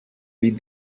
read